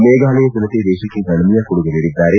ಮೇಘಾಲಯ ಜನತೆ ದೇಶಕ್ಷೆ ಗಣನೀಯ ಕೊಡುಗೆ ನೀಡಿದ್ದಾರೆ